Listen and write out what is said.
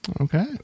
Okay